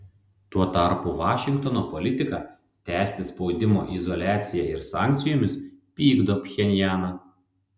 tuo tarpu vašingtono politika tęsti spaudimą izoliacija ir sankcijomis pykdo pchenjaną